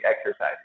exercises